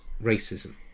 racism